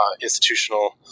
institutional